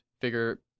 figure